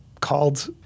called